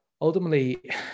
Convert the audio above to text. ultimately